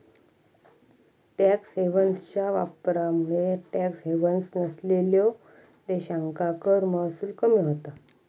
tax हेव्हन्सच्या वापरामुळे tax havens नसलेल्यो देशांका कर महसूल कमी होता